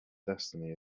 destiny